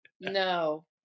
no